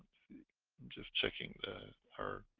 just checking our